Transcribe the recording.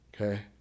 Okay